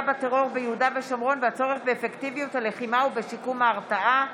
בטרור ביהודה ושומרון והצורך באפקטיביות הלחימה ובשיקום ההרתעה.